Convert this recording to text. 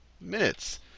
minutes